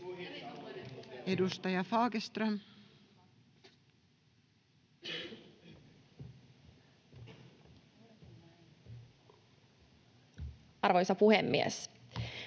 Edustaja Fagerström. Arvoisa puhemies!